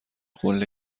قله